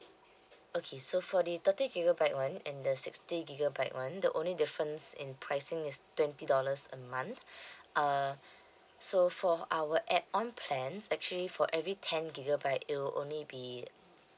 okay so for the thirty gigabyte one and the sixty gigabyte one the only difference in pricing is twenty dollars a month uh so for our add on plans actually for every ten gigabyte it'll only be